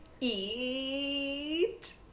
eat